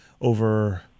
over